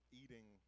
eating